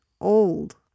Old